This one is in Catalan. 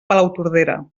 palautordera